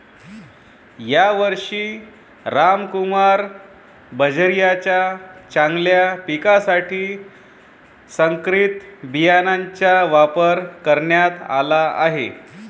यावर्षी रामकुमार बाजरीच्या चांगल्या पिकासाठी संकरित बियाणांचा वापर करण्यात आला आहे